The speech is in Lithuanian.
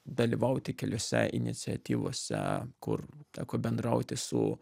dalyvauti keliose iniciatyvose kur teko bendrauti su